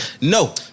No